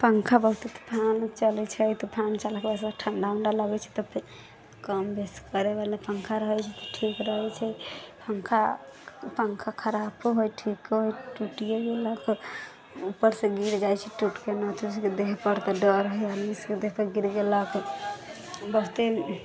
पंखा बहुते तूफान चलै छै तूफान चलबैसँ ठण्डा वण्डा लगै छै तऽ फेर कम बेस करैवला पंखा रहै छै तऽ ठीक रहै छै पंखा पंखा खराबो हइ ठीको हइ टुटिए गेलै उपरसँ गिर जाइ छै टुटिके नहि देहपर तऽ डर हइ एहिसँ देहपर गिर गेला बहुते